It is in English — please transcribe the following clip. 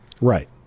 right